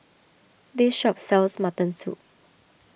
this shop sells Mutton Soup